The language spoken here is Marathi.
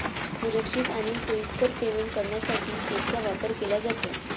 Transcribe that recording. सुरक्षित आणि सोयीस्कर पेमेंट करण्यासाठी चेकचा वापर केला जातो